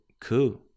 cool